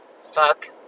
fuck